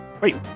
Wait